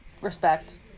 respect